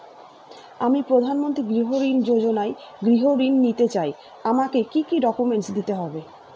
আমি প্রধানমন্ত্রী গৃহ ঋণ যোজনায় গৃহ ঋণ নিতে চাই আমাকে কি কি ডকুমেন্টস দিতে হবে?